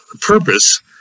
purpose